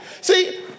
See